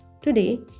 Today